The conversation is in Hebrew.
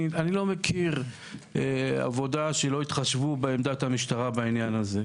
אני לא מכיר עבודה שלא התחשבו בעמדת המשטרה בעניין הזה.